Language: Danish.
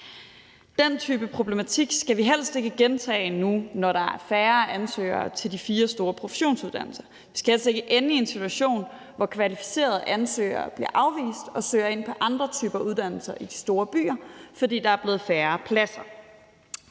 Den type problematik skal vi helst ikke gentage nu, når der er færre ansøgere til de fire store professionsuddannelser. Vi skal helst ikke ende i en situation, hvor kvalificerede ansøgere bliver afvist og søger ind på andre typer uddannelser i de store byer, fordi der er blevet færre pladser.